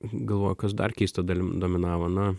galvoju kas dar keisto dalim dominavo na